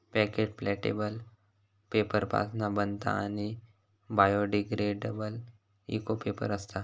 packet प्लॅटेबल paper पासना बनता आणि बायोडिग्रेडेबल इको पेपर असता